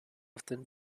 often